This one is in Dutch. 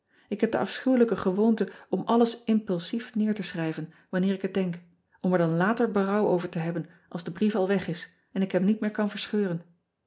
k heb de afschuwelijke gewoonte om alles impulsief neer te schrijven wanner ik het denk om er dan later berouw over te hebben als de brief al weg is en ik hem niet meer kan verscheuren